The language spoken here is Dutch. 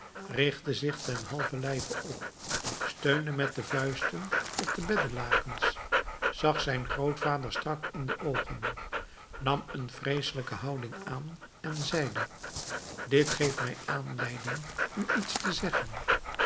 richtte zich ten halve lijve op steunde met de vuisten op de beddelakens zag zijn grootvader strak in de oogen nam een vreeselijke houding aan en zeide dit geeft mij aanleiding u iets te zeggen